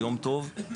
ביום טוב,